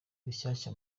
rushyashya